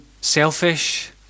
selfish